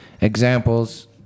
examples